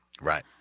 Right